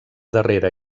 darrera